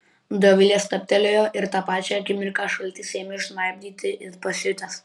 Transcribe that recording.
dovilė stabtelėjo ir tą pačią akimirką šaltis ėmė žnaibyti it pasiutęs